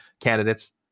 candidates